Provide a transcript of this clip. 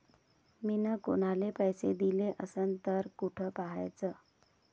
मिन कुनाले पैसे दिले असन तर कुठ पाहाचं?